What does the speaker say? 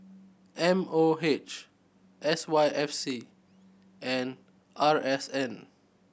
M O H S Y F C and R S N